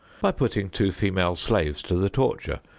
by putting two female slaves to the torture,